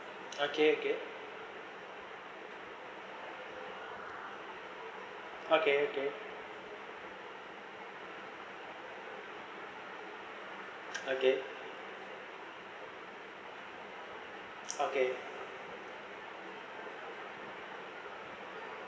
okay okay okay okay okay okay